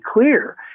clear